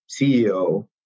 CEO